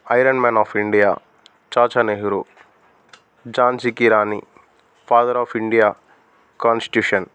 iron man of India Chacha Nehru ఝాన్ జీకీ రాణి ఫాదర్ ఆఫ్ ఇండియా కాన్స్ట్యూషన్